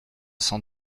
cent